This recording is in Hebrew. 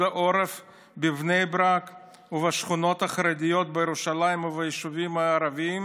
העורף בבני ברק ובשכונות החרדיות בירושלים וביישובים הערביים